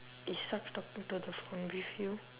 it sucks talking to the phone with you